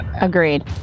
Agreed